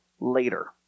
later